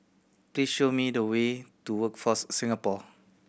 please show me the way to Workforce Singapore